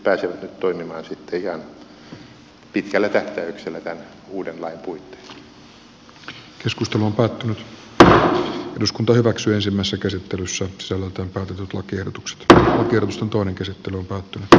tästä tekstistä maa ja metsätalousvaliokunta ansaitsee kiitoksen ja metsänhoitoyhdistykset pääsevät nyt toimimaan sitten ihan pitkällä tähtäyksellä tämän uuden lain puitteissa